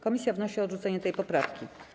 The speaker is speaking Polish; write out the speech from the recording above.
Komisja wnosi o odrzucenie tej poprawki.